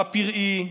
הפראי.